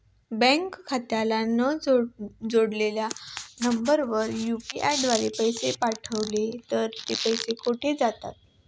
Bank खात्याला न जोडलेल्या नंबरवर यु.पी.आय द्वारे पैसे पाठवले तर ते पैसे कुठे जातात?